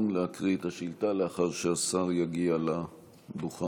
להקריא את השאילתה לאחר שהשר יגיע לדוכן.